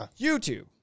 YouTube